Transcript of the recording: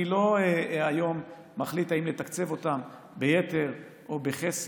אני לא מחליט היום אם לתקצב אותם ביתר או בחסר.